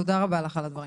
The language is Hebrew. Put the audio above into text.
תודה רבה לך על הדברים.